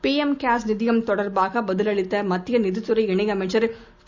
PM cares நிதியம் தொடர்பாகபதிலளித்தமத்தியநிதித்துறை இணையமைச்சர் திரு